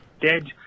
dead